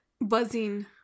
buzzing